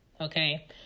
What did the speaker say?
Okay